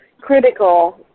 critical